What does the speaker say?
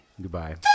goodbye